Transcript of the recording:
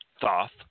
Thoth